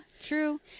true